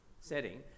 setting